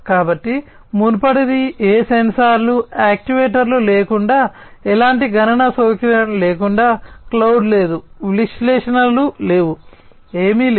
కాబట్టి మునుపటిది ఏ సెన్సార్లు యాక్యుయేటర్లు లేకుండా ఎలాంటి గణన సౌకర్యం లేకుండా క్లౌడ్ లేదు విశ్లేషణలు లేవు ఏమీ లేదు